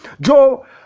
Joe